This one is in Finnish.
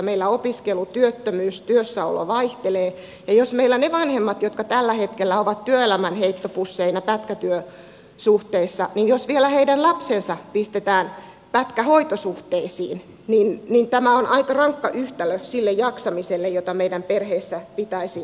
meillä opiskelu työttömyys työssäolo vaihtelevat ja meillä monet vanhemmat tällä hetkellä ovat työelämän heittopusseina pätkätyösuhteissa ja jos vielä heidän lapsensa pistetään pätkähoitosuhteisiin niin tämä on aika rankka yhtälö sille jaksamiselle jota meidän perheissä pitäisi tukea